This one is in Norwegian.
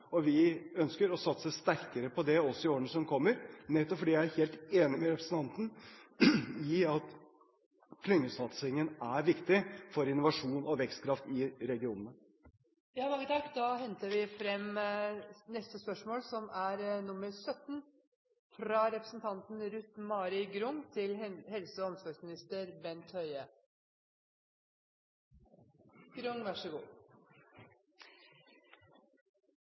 og vi ønsker å satse sterkere på det også i årene som kommer, nettopp fordi jeg er helt enig med representanten i at klyngesatsingen er viktig for innovasjon og vekstkraft i regionene. Da går vi til spørsmål 17. «Voss sjukehus er lokalsykehus for Indre Hordaland med viktig akuttberedskapsfunksjon, med tanke på alle ulykkene på E16, brannene i Lærdal, Gudvangatunnelen, Hallingskeid samt alpin- og